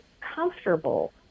comfortable